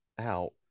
out